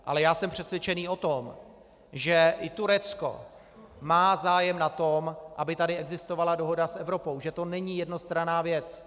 Ale já jsem přesvědčený o tom, že i Turecko má zájem na tom, aby tady existovala dohoda s Evropou, že to není jednostranná věc.